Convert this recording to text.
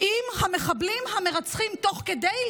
עם המחבלים המרצחים תוך כדי,